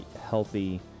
healthy